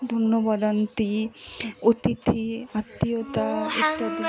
ধন্যবাদান্তে অতিথি আত্মীয়তা ইত্যাদি